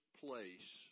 place